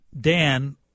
Dan